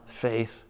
faith